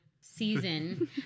season